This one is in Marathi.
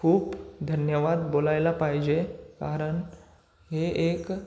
खूप धन्यवाद बोलायला पाहिजे कारण हे एक